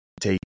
take